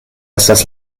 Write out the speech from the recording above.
estas